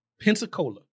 Pensacola